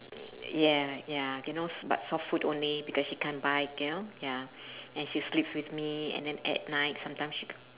ya ya you know s~ but soft food only because she can't bite you know ya and she sleeps with me and then at night sometimes she